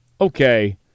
okay